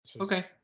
Okay